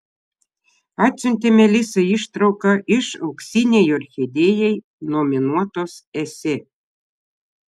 atsiuntė melisai ištrauką iš auksinei orchidėjai nominuotos esė